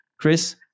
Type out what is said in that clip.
chris